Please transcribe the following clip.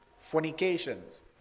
fornications